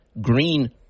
Green